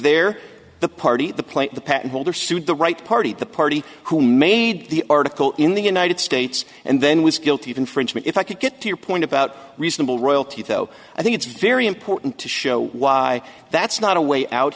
they're the party the plant the patent holder sued the right party the party who made the article in the united states and then was guilty of infringement if i could get to your point about reasonable royalty though i think it's very important to show why that's not a way out